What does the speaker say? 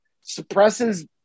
suppresses